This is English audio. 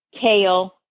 kale